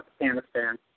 Afghanistan